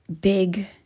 Big